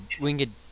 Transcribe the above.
winged